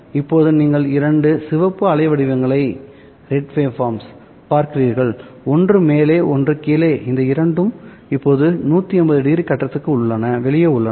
இப்போது நீங்கள் இரண்டு சிவப்பு அலைவடிவங்களைப் பார்க்கிறீர்கள் ஒன்று மேலே மற்றும் ஒன்று கீழே இந்த இரண்டும் இப்போது 180ᵒ கட்டத்திற்கு வெளியே உள்ளன